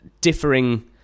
differing